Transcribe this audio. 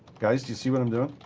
guys, do you see what i'm doing?